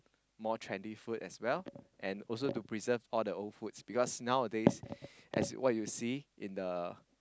more trendy food as well and also to preserve all the old foods because nowadays as what you see in the